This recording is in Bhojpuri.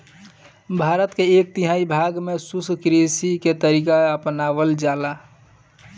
भारत के एक तिहाई भाग में शुष्क कृषि के तरीका अपनावल जाला